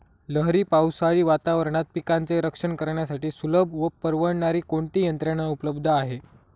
लहरी पावसाळी वातावरणात पिकांचे रक्षण करण्यासाठी सुलभ व परवडणारी कोणती यंत्रणा उपलब्ध आहे?